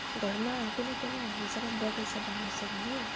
घरमा कुनै पनि हामी जब बगैँचा बनाउछौँ भने